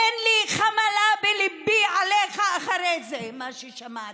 אין חמלה בליבי עליך אחרי מה ששמעתי,